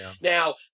Now